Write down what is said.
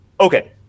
Okay